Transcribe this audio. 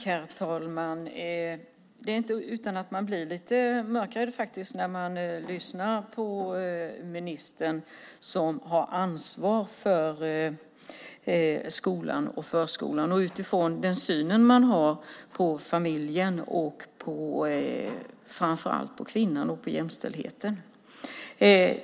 Herr talman! Det är inte utan att man blir lite mörkrädd när man lyssnar på ministern som har ansvar för skolan och förskolan. Jag tänker på den syn han har på familjen och framför allt på kvinnan och på jämställdheten.